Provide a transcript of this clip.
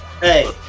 hey